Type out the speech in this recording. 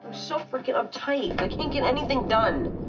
so fricken uptight. i can't get anything done.